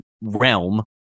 realm